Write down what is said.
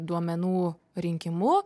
duomenų rinkimu